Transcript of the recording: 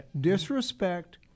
disrespect